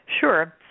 Sure